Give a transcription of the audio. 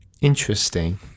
interesting